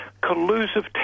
collusive